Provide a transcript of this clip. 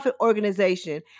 organization